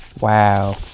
Wow